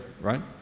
right